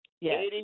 Yes